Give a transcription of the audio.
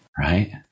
right